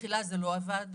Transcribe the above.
בתחילה זה לא עבד.